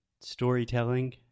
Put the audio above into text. Storytelling